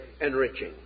enriching